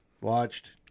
Watched